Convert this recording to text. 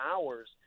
hours